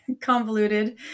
convoluted